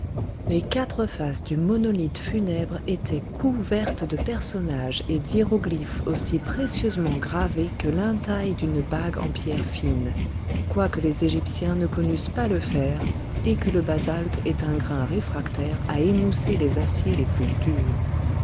les quatre faces du monolithe funèbre étaient couvertes de personnages et d'hiéroglyphes aussi précieusement gravés que l'intaille d'une bague en pierre fine quoique les égyptiens ne connussent pas le fer et que le basalte ait un grain réfractaire à émousser les aciers les plus durs